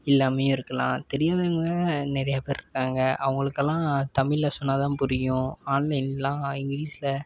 இல்லாமையும் இருக்கலாம் தெரியாதவங்கள் நிறையா பேர் இருக்காங்க அவர்களுக்கெல்லாம் தமிழ்ல சொன்னால் தான் புரியும் ஆன்லைனெலாம் இங்கிலீஷில்